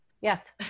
yes